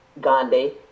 Gandhi